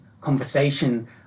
conversation